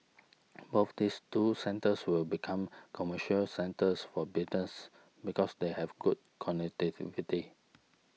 both these two centres will become commercial centres for business because they have good connectivity